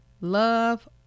love